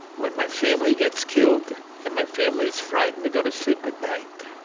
when my family gets killed and my family's frightened to go to sleep at night,